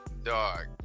dog